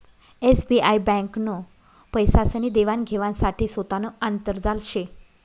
SBI ब्यांकनं पैसासनी देवान घेवाण साठे सोतानं आंतरजाल शे